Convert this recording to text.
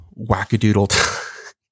wackadoodle